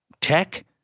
tech